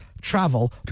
travel